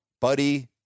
Buddy